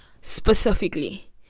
specifically